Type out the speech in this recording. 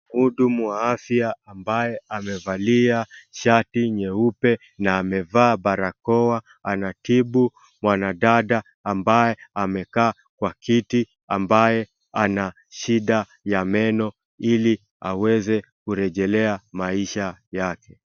Mhudumu wa afya ambaye amevalia shati nyeupe na amevaa barakoa anatibu mwanadada ambaye amekaa kwa kiti ambaye ana shida ya meno ili aweze kurejelea maisha yake.